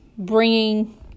bringing